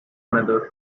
another